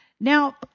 Now